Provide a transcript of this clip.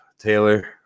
Taylor